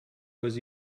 was